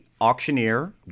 auctioneer